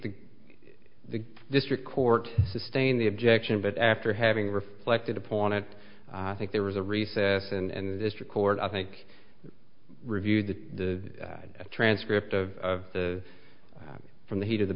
the the district court sustain the objection but after having reflected upon it i think there was a recess and district court i think reviewed the transcript of the from the heat of the